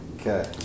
Okay